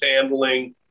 handling